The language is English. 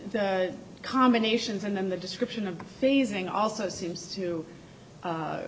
the combinations and then the description of phasing also seems to a